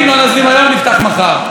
לא נזרים היום, נפתח מחר.